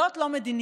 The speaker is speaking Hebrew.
זאת לא מדיניות.